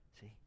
See